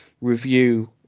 review